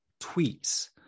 tweets